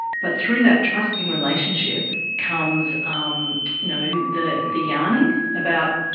but through that trusting relationship comes um you know the the yarning about,